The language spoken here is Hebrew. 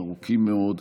וארוכים מאוד,